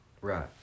Right